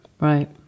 Right